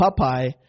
Popeye